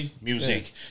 music